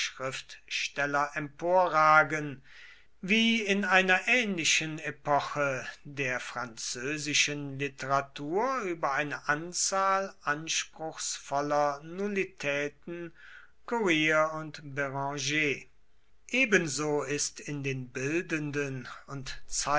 schriftsteller emporragen wie in einer ähnlichen epoche der französischen literatur über eine unzahl anspruchsvoller nullitäten courier und branger ebenso ist in den bildenden und